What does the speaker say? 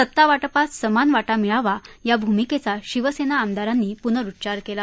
सत्तावाटपात समान वाटा मिळावा या भूमिकेचा शिवसेना आमदारांनी पुनरुच्चार केला